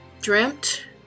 dreamt